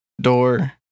door